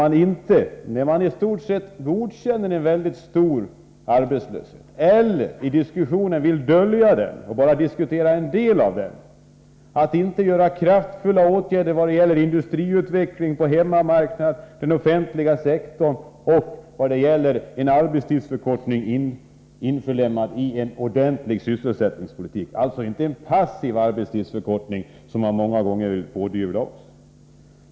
Socialdemokraterna godkänner en mycket stor arbetslöshet men vill i diskussionen dölja den och diskutera bara en del av den, vill inte vidta kraftfulla åtgärder för industriutveckling på hemmamarknad och offentlig sektor och vill inte företa en arbetstidsförkortning inlemmad i en ordentlig sysselsättningspolitik — jag talar alltså inte om en passiv arbetstidsförkortning som man ofta påstår att vi förordar.